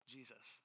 Jesus